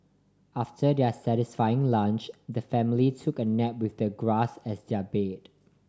after their satisfying lunch the family took a nap with the grass as their bed